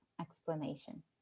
explanation